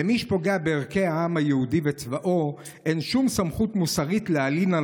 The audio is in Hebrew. למי שפוגע בערכי העם היהודי וצבאו אין שום סמכות מוסרית להלין על